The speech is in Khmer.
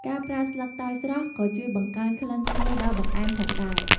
ការប្រើស្លឹកតើយស្រស់ក៏ជួយបង្កើនក្លិនឈ្ងុយដល់បង្អែមផងដែរ។